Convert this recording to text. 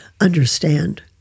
understand